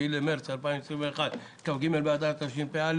היום 7 במרץ 2021, כ"ג באדר התשפ"א.